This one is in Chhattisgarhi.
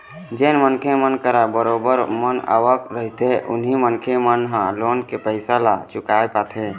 जेन मनखे मन करा बरोबर बने आवक रहिथे उही मनखे मन ह लोन के पइसा ल चुकाय पाथे